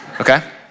okay